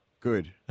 Good